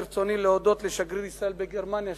ברצוני להודות לשגריר ישראל בגרמניה,